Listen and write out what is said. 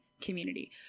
community